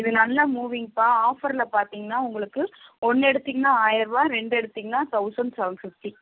இது நல்ல மூவிங்ப்பா ஆஃபரில் பார்த்தீங்கன்னா உங்களுக்கு ஒன்று எடுத்திங்கன்னா ஆயிருவா ரெண்டு எடுத்திங்கன்னா தௌசண்ட் செவன் ஃபிஃப்ட்டி